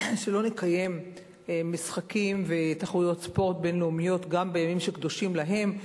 שלא נקיים משחקים ותחרויות ספורט בין-לאומיות גם בימים שקדושים להם,